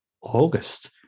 August